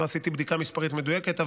לא עשיתי בדיקה מספרית מדויקת,